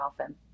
often